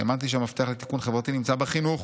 "האמנתי שהמפתח לתיקון חברתי נמצא בחינוך,